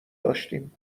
داشتیم